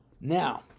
Now